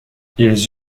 ils